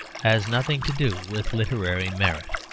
has nothing to do with literary merit.